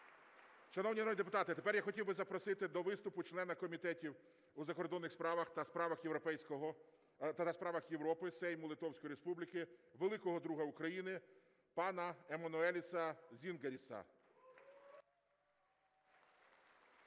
народні депутати, а тепер я хотів би запросити до виступу члена комітетів у закордонних справах та справах Європи Сейму Литовської Республіки, великого друга України пана Емануеліса Зінгяріаса. (Оплески)